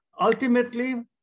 Ultimately